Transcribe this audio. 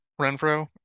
Renfro